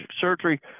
surgery